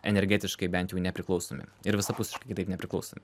energetiškai bent jų nepriklausomi ir visapusiškai kitaip nepriklausomi